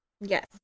Yes